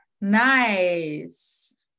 Nice